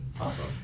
Awesome